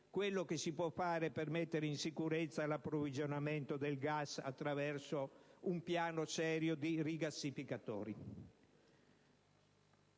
quello che si può fare per mettere in sicurezza l'approvvigionamento del gas attraverso un piano serio di rigassificatori.